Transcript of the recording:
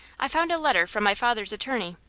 i found a letter from my father's attorney,